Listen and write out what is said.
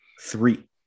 Three